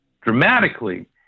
dramatically